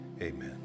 Amen